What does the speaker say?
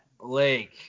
lake